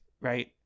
Right